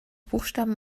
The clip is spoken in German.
buchstaben